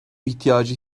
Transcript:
ihtiyacı